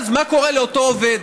אז מה קורה לאותו עובד?